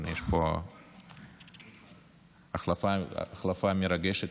יש פה החלפה מרגשת.